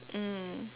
mm